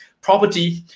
property